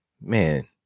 man